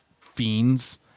fiends